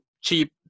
cheap